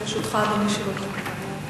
לרשותך, אדוני, שלוש דקות.